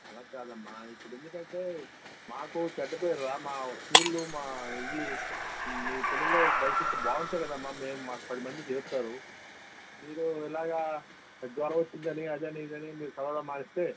అలా కాదమ్మా ఇప్పుడు ఎందుకంటే మాకు చెడ్డపేరు రా మా స్కూలు మా ఇది మీ పిల్లలు భవిష్యత్తు బాగుంటే కదమ్మా మేము మాకు పదిమంది చేరుతారు మీరు ఇలాగా జ్వరం వచ్చిందని అదని ఇదని మీరు చదవడం మానేస్తే